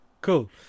cool